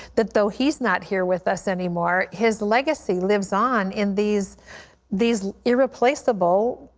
that though he is not here with us anymore, his legacy lives on in these these irreplaceable,